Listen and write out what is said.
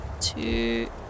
Two